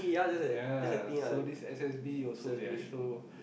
ya so this S_S_B also they also